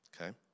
okay